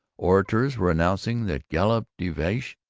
orators were announcing that galop de vache,